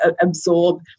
absorb